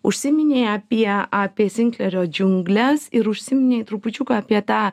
užsiiminei apie apie sinklerio džiungles ir užsiminei trupučiuką apie tą